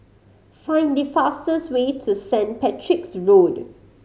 find the fastest way to Saint Patrick's Road